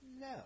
no